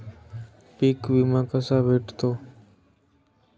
पीक विमा कसा भेटतो?